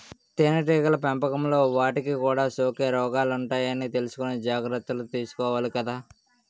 తేనెటీగల పెంపకంలో వాటికి కూడా సోకే రోగాలుంటాయని తెలుసుకుని జాగర్తలు తీసుకోవాలి కదా